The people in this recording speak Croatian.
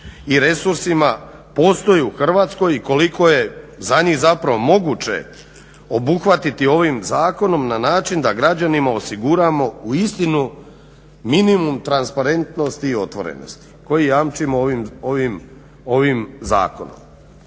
i resursima, postoji u Hrvatskoj i koliko je za njih zapravo moguće obuhvatiti ovim zakonom na način da građanima osiguramo uistinu minimum transparentnosti i otvorenosti koji jamčimo ovim zakonom.